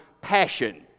passion